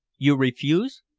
you refuse?